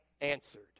answered